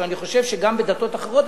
אני חושב שגם בדתות אחרות,